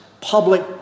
public